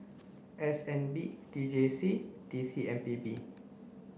S N B T J C T C M P B